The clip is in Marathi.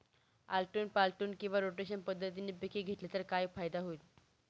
आलटून पालटून किंवा रोटेशन पद्धतीने पिके घेतली तर काय फायदा होईल?